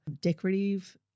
decorative